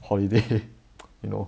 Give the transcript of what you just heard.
holiday you know